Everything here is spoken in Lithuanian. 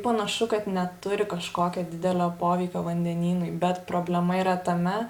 panašu kad neturi kažkokio didelio poveikio vandenynui bet problema yra tame